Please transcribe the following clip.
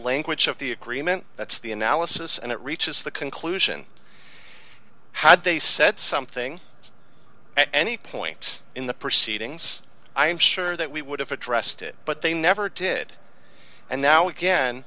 language of the agreement that's the analysis and it reaches the conclusion had they set something at any point in the proceedings i am sure that we would have addressed it but they never did and now again